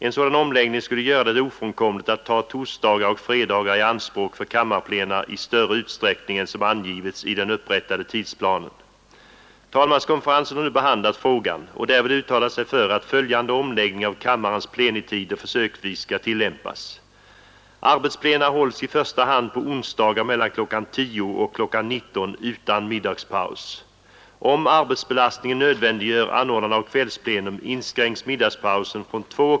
En sådan omläggning skulle göra det ofrånkomligt att ta torsdagar och fredagar i anspråk för kammarplena i större utsträckning än som angivits i den upprättade tidplanen. Talmanskonferensen har nu behandlat frågan och därvid uttalat sig för att följande omläggning av kammarens plenitider försöksvis skall tillämpas.